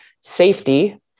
safety